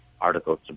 articles